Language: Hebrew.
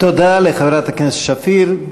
תודה לחברת הכנסת שפיר.